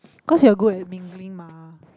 cause you're good at mingling mah